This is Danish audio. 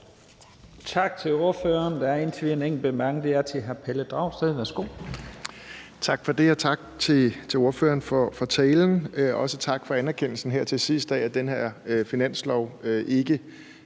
Tak til ordføreren. Der er indtil videre en enkelt kort bemærkning, og den er til hr. Pelle Dragsted. Værsgo. Kl. 09:56 Pelle Dragsted (EL): Tak for det, og tak til ordføreren for talen. Også tak for anerkendelsen her til sidst af, at den her finanslov ikke